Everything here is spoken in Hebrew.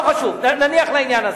לא חשוב, נניח לעניין הזה.